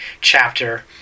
chapter